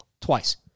Twice